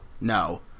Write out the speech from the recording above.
no